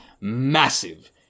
massive